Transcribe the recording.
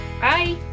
Bye